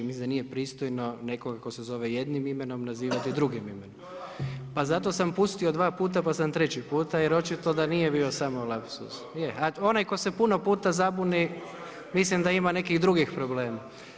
Mislim da nije pristojno, nekoga tko se zove jednim imenom, nazivati drugim imenom. … [[Upadica se ne čuje.]] pa zato sam pustio 2 puta, pa sam 3 puta, jer očito da nije bio samo lapsus. … [[Upadica se ne čuje.]] je, onaj tko se puno puta zabuni, mislim da ima nekih drugih problema.